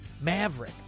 Maverick